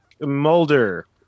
Mulder